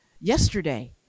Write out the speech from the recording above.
yesterday